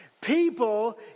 people